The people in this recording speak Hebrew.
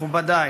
מכובדי,